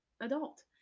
adult